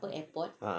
ah